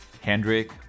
Hendrik